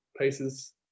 pieces